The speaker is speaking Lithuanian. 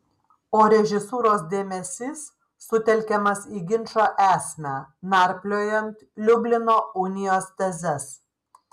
o režisūros dėmesys sutelkiamas į ginčo esmę narpliojant liublino unijos tezes